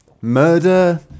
murder